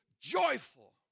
joyful